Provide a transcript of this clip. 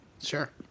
Sure